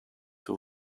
two